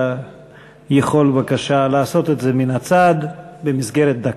אתה יכול בבקשה לעשות את זה מן הצד במסגרת דקה.